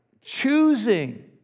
Choosing